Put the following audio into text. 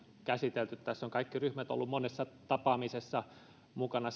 käsitelty tässä ovat kaikki ryhmät olleet säätytalolla monessa tapaamisessa mukana